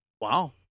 wow